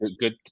good